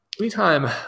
anytime